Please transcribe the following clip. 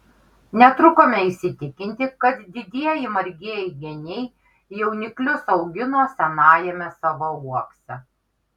netrukome įsitikinti kad didieji margieji geniai jauniklius augino senajame savo uokse